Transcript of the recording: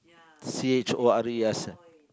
C H O R E S ah